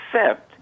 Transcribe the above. accept